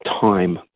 time